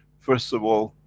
first of all,